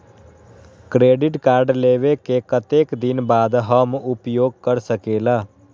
Credit card लेबे के कतेक दिन बाद हम उपयोग कर सकेला?